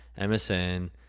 MSN